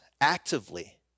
actively